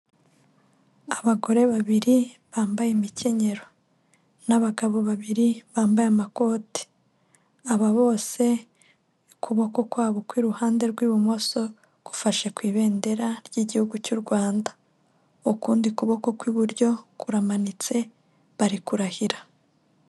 Abagore babiri bambaye imikenyero n'abagabo babiri bambaye amakoti, aba bose ukuboko kwabo kw'iruhande rw'ibumoso gufashe ku ibendera ry'igihugu cy'u Rwanda, ukundi kuboko kw'iburyo kuramanitse bari kurahira.